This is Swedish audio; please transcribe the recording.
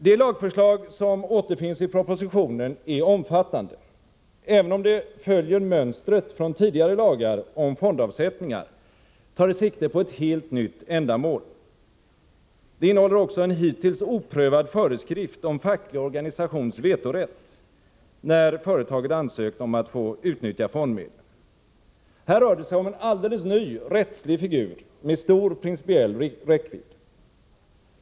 Det lagförslag som återfinns i propositionen är omfattande. Även om det följer mönstret från tidigare lagar om fondavsättningar, tar det sikte på ett helt nytt ändamål. Det innehåller också en hittills oprövad föreskrift om facklig organisations vetorätt, när ett företag ansökt om att få utnyttja fondmedlen. Här rör det sig om en alldeles ny rättslig figur med stor principiell räckvidd.